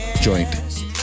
joint